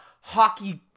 hockey